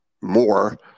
more